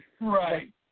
Right